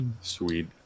sweet